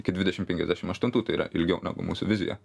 iki dvidešim penkiasdešim aštuntų tai yra ilgiau negu mūsų vizija